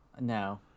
No